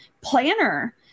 planner